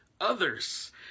others